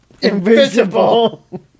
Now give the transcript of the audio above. invisible